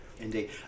Indeed